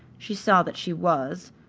she saw that she was,